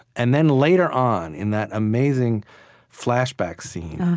and then, later on, in that amazing flashback scene,